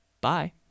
Bye